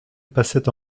passait